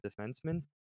defenseman